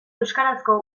euskarazko